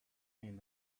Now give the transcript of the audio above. and